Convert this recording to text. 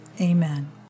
Amen